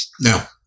Now